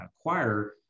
acquire